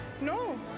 no